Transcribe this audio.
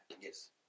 Yes